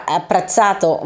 apprezzato